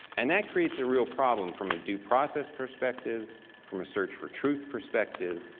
and that creates a real problem from a due process perspective from a search for truth perspective,